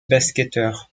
basketteur